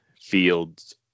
Fields